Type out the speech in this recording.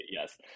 yes